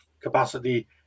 capacity